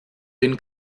den